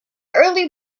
early